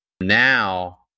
Now